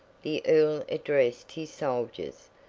the earl addressed his soldiers,